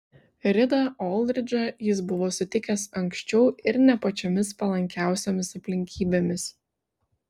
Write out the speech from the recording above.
ridą oldridžą jis buvo sutikęs anksčiau ir ne pačiomis palankiausiomis aplinkybėmis